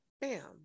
Bam